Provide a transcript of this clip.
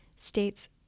states